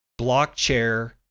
BlockChair